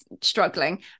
struggling